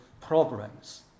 problems